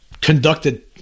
conducted